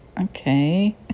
Okay